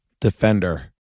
Defender